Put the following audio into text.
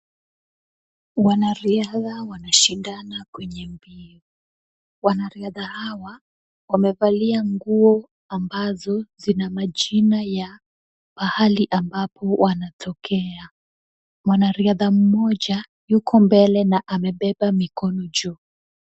Wanariadha wanashindana kwenye mbio. Wanariadha hawa wamevalia nguo ambazo zina majina ya pahali ambapo wanatokea. Mwanariadha mmoja yuko mbele na amebeba mikono juu.